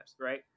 right